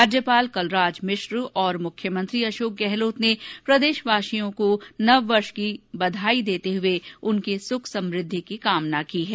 राज्यपाल कलराज मिश्र और मुख्यमंत्री अशोक गहलोत ने प्रदेशवासियों को नववर्ष की हार्दिक बधाई देते हुए सुख समृद्धि की कामना की है